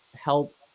help